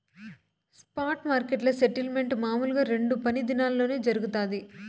spot మార్కెట్ల settlement మామూలుగా రెండు పని దినాల్లోనే జరగతాది